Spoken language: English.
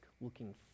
looking